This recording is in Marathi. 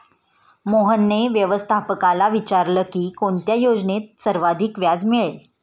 मोहनने व्यवस्थापकाला विचारले की कोणत्या योजनेत सर्वाधिक व्याज मिळेल?